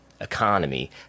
economy